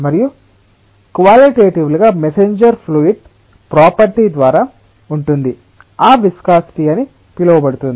మరియు క్వాలిటెటివ్లిగా మెసేన్జర్ ఫ్లూయిడ్ ప్రాపర్టీ ద్వారా ఉంటుంది ఆ విస్కాసిటి అని పిలువబడుతుంది